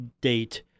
date –